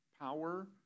power